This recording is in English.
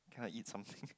can I eat something